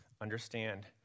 Understand